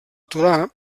torà